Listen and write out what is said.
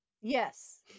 Yes